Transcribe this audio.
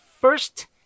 first